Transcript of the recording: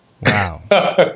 wow